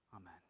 Amen